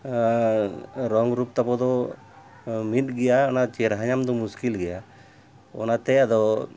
ᱨᱚᱝ ᱨᱩᱯ ᱛᱟᱵᱚᱱ ᱫᱚ ᱢᱤᱫ ᱜᱮᱭᱟ ᱚᱱᱟ ᱪᱮᱨᱦᱟ ᱧᱟᱢᱫᱚ ᱢᱩᱥᱠᱤᱞ ᱜᱮᱭᱟ ᱚᱱᱟᱛᱮ ᱟᱫᱚ